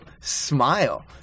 smile